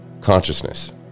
consciousness